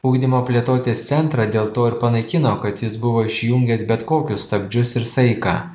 ugdymo plėtotės centrą dėl to ir panaikino kad jis buvo išjungęs bet kokius stabdžius ir saiką